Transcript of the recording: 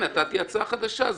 נתתי הצעה חדשה.